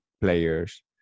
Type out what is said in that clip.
players